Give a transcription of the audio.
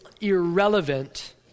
irrelevant